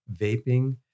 vaping